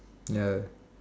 ya